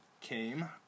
came